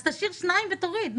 תשאיר שניים ותוריד.